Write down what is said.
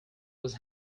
was